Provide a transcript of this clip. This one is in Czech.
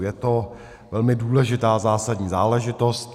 Je to velmi důležitá, zásadní záležitost.